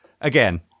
again